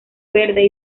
verde